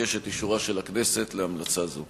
אבקש את אישורה של הכנסת להמלצה זו.